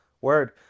word